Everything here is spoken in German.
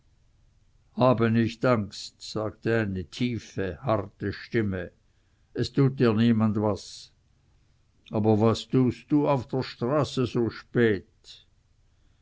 habe nicht angst sagte eine tiefe harte stimme es tut dir niemand was aber was tust du auf der straße so spät